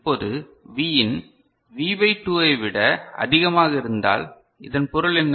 இப்போது Vin V by 2 யைவிட அதிகமாக இருந்தால் இதன் பொருள் என்ன